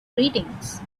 greetings